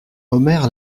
omer